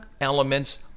elements